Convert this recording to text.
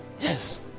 yes